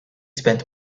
spent